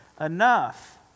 Enough